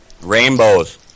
Rainbows